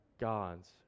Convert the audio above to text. God's